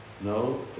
No